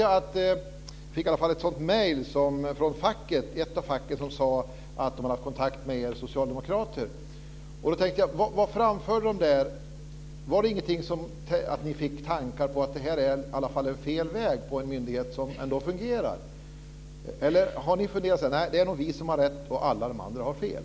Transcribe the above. Jag fick ett mejl från ett av facken som sade att det har haft kontakt med er socialdemokrater. Vad framförde det där? Var det ingenting som gjorde att ni fick tankar på att det är fel väg för en myndighet som ändå fungerar? Har ni funderat som så, att det är nog vi som har rätt, och alla de andra har fel?